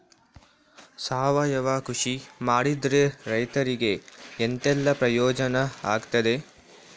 ಸಾವಯವ ಕೃಷಿ ಮಾಡಿದ್ರೆ ರೈತರಿಗೆ ಎಂತೆಲ್ಲ ಪ್ರಯೋಜನ ಆಗ್ತದೆ?